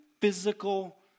physical